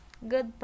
Goodbye